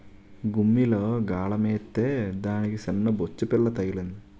గుమ్మిలో గాలమేత్తే దానికి సిన్నబొచ్చుపిల్ల తగిలింది